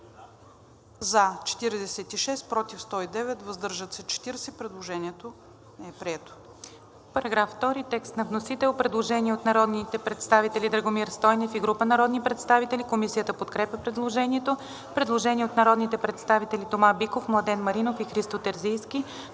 за 182, против 1, въздържал се 1. Предложението е прието.